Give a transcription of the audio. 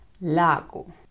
LAGO